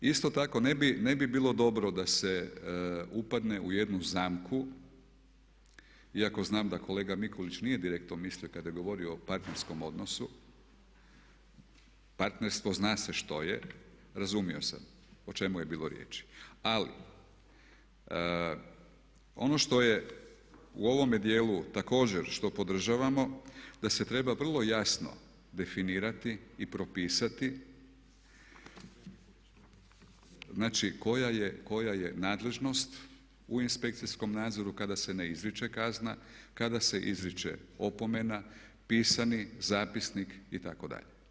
Isto tako ne bi bilo dobro da se upadne u jednu zamku iako znam da kolega Mikulić nije direktno mislio kada je govorio o partnerskom odnosu, partnerstvo zna se što je, razumio sam o čemu je bilo riječi, ali ono što je u ovome dijelu također što podržavamo da se treba vrlo jasno definirati i propisati znači koja je nadležnost u inspekcijom nadzoru kada se ne izriče kazna, kada se izriče opomena, pisani zapisnik itd.